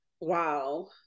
Wow